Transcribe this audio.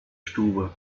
stube